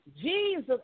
Jesus